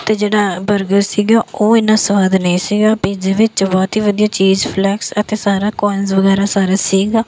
ਅਤੇ ਜਿਹੜਾ ਬਰਗਰ ਸੀਗਾ ਉਹ ਇੰਨਾ ਸਵਾਦ ਨਹੀਂ ਸੀਗਾ ਪੀਜ਼ੇ ਵਿੱਚ ਬਹੁਤ ਹੀ ਵਧੀਆ ਚੀਜ਼ ਫਲੈਕਸ ਅਤੇ ਸਾਰਾ ਕੋਰਨਸ ਵਗੈਰਾ ਸਾਰਾ ਸੀਗਾ